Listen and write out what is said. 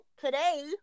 today